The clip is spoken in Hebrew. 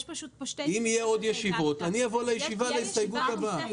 יש פה פשוט --- אם יהיו עוד ישיבות אני אבוא לישיבה להסתייגות הבאה.